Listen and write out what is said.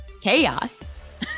Chaos